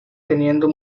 teniendo